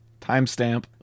Timestamp